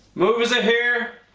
movers are here.